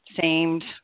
seemed